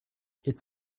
its